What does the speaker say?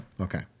Okay